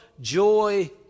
joy